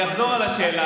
אני אחזור על השאלה.